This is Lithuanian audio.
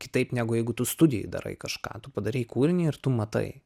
kitaip negu jeigu tu studijoj darai kažką tu padarei kūrinį ir tu matai